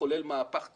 שחולל מהפך כזה,